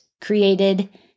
created